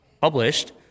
published